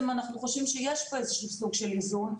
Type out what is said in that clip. אנחנו חושבים שיש פה איזה שהוא סוג של איזון.